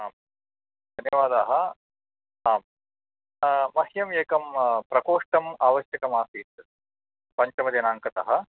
आम् धन्यवादाः आम् मह्यैम् एकं प्रकोष्ठम् आवश्यकम् आसीत् पञ्चमदिनाङ्कतः